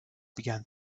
began